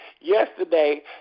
yesterday